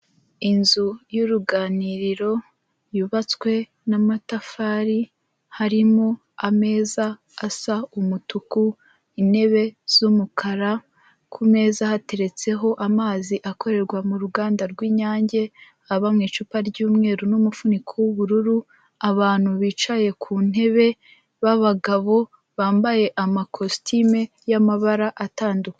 Inzu y'uruganiriro yubatwe n'amatafari harimo ameza asa umutuku, intebe zumukara Ku meza hateretseho amzi akorerwa m'uruganga rw'inyange aba mw'icupa ry'umweru n'umufuniko w'ubururu, abantu bicaye ku ntebe b'abagabo bambaye amakositime y'ambara atandukanye.